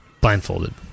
Blindfolded